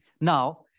Now